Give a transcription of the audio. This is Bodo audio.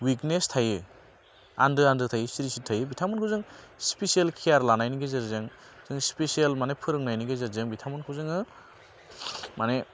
उइकनेस थायो आन्दो आन्दो थायो सिरि सिरि थायो बिथांमोनखौ जों स्पेसियेल केयार लानायनि गेजेरजों जों स्पेसियेल माने फोरोंनायनि गेजेरजों बिथांमोनखौ जोङो माने